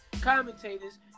commentators